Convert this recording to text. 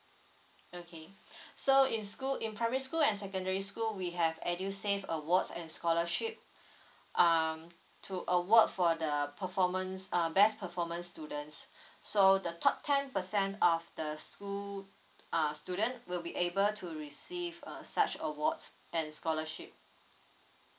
okay so in school in primary school and secondary school we have EDUSAVE awards and scholarship um to award for the performance uh best performance students so the top ten percent of the school uh student will be able to receive uh such awards and scholarship